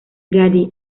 gandhi